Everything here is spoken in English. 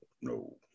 no